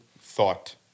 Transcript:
thought